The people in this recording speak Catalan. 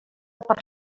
per